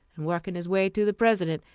and working his way to the president,